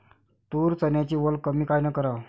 तूर, चन्याची वल कमी कायनं कराव?